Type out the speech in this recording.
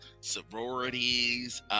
sororities